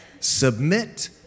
submit